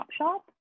Topshop